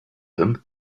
him